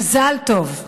מזל טוב.